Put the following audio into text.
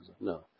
No